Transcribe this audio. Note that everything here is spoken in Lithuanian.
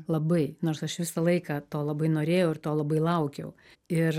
labai nors aš visą laiką to labai norėjau ir to labai laukiau ir